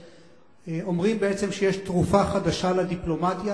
אומרים בעצם שיש תרופה חדשה לדיפלומטיה.